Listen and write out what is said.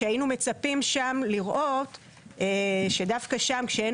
שהיינו מצפים שם לראות שדווקא שם שאין